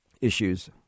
issues